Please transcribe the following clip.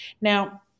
Now